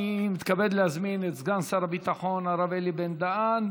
אני מתכבד להזמין את סגן שר הביטחון הרב אלי בן-דהן,